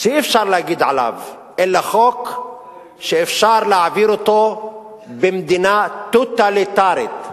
שאי-אפשר להגיד עליו אלא שהוא חוק שאפשר להעביר אותו במדינה טוטליטרית.